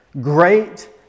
great